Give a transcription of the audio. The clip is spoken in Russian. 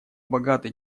богатый